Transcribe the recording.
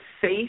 safe